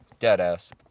Deadass